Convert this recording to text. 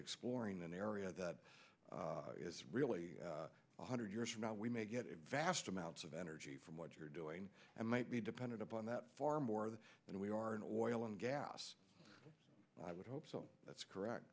exploring an area that is really one hundred years from now we may get a vast amounts of energy from what you're doing and might be dependent upon that far more than when we are in oil and gas i would hope so that's correct